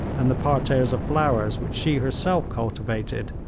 and the parterres of flowers which she herself cultivated,